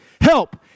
help